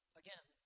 again